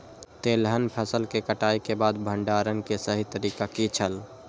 तेलहन फसल के कटाई के बाद भंडारण के सही तरीका की छल?